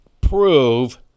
prove